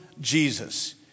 Jesus